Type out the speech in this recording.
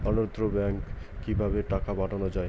অন্যত্র ব্যংকে কিভাবে টাকা পাঠানো য়ায়?